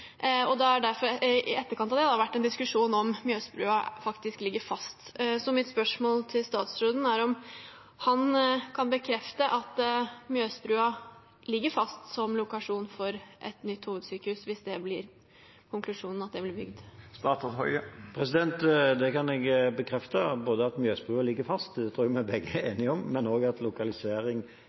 I etterkant har det vært en diskusjon om Mjøsbrua faktisk ligger fast. Mitt spørsmål til statsråden er om han kan bekrefte at Mjøsbrua ligger fast som lokasjon for et nytt hovedsykehus hvis konklusjonen blir at det blir bygd. Det kan jeg bekrefte, både at Mjøsbrua ligger fast – det tror jeg vi begge er enige om – og at lokalisering